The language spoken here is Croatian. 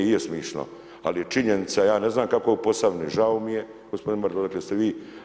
I je smišno, ali je činjenica, ja ne znam kako je u Posavini žao mi je, gospodine odakle ste vi.